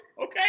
Okay